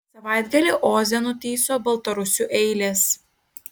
savaitgalį oze nutįso baltarusių eilės